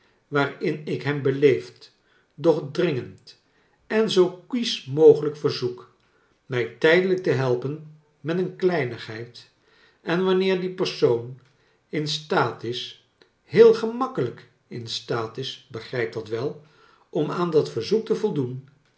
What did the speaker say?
waarin ik hem beleefd doch dringend en zoo kiesch mogelijk verzoek mij tijdelijk te helpen met een kleinigheid en wanneer die persoon in staat is heel gemakkelijk in staat is begrijp dat wel om aan dat verzoek te voldoen